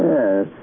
Yes